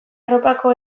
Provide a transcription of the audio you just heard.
europako